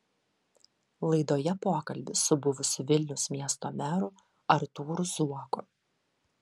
laidoje pokalbis su buvusiu vilniaus miesto meru artūru zuoku